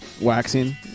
Waxing